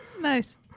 Nice